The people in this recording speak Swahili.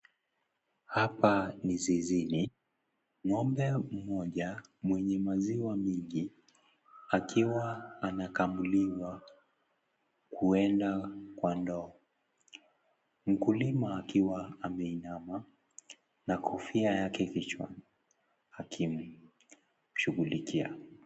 Hapa ni zizini. Ngombe mmoja, mwenye maziwa mingi, akiwa anakamuliwa, huenda kwa ndoo. Mkulima akiwa ameinama na kofia yake kichwa, akimshughulikia.